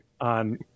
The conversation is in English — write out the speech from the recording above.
on